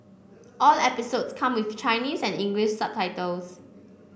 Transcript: all episodes come with Chinese and English subtitles